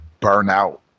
burnout